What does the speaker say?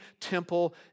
temple